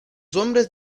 hombres